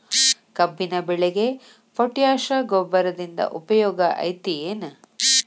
ಕಬ್ಬಿನ ಬೆಳೆಗೆ ಪೋಟ್ಯಾಶ ಗೊಬ್ಬರದಿಂದ ಉಪಯೋಗ ಐತಿ ಏನ್?